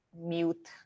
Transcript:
mute